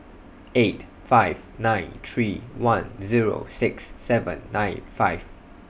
eight five nine three one Zero six seven nine five